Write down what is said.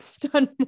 done